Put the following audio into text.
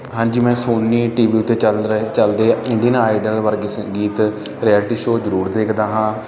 ਹਾਂਜੀ ਮੈਂ Sony T V ਉੱਤੇ ਚੱਲ ਰਹੇ ਚੱਲਦੇ ਇੰਡੀਅਨ ਆਈਡਲ ਵਰਗੇ ਸੰਗੀਤ ਰਿਆਲਟੀ ਸ਼ੋ ਜ਼ਰੂਰ ਦੇਖਦਾ ਹਾਂ